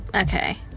okay